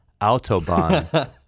autobahn